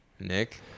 Nick